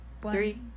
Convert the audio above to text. Three